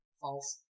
False